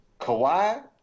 Kawhi